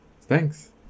Thanks